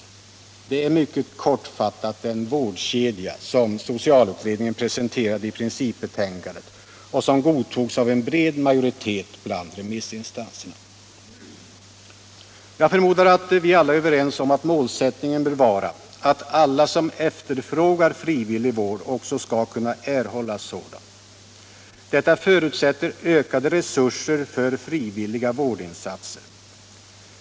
Detta är mycket kortfattat den vårdkedja som socialutredningen presenterade i principbetänkandet och som godtogs av en bred majoritet bland remissinstanserna. Jag förmodar att vi alla är överens om att målsättningen bör vara att alla som efterfrågar frivillig vård också skall kunna erhålla sådan. Detta förutsätter ökade resurser för frivilliga vårdinsatser.